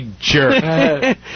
jerk